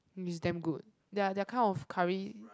is damn good their their kind of curry